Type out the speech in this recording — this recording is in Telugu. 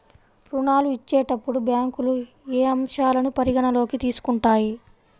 ఋణాలు ఇచ్చేటప్పుడు బ్యాంకులు ఏ అంశాలను పరిగణలోకి తీసుకుంటాయి?